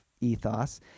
ethos